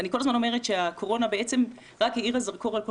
אני כל הזמן אומרת שהקורונה בעצם רק האירה זרקור על כל